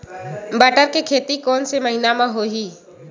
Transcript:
बटर के खेती कोन से महिना म होही?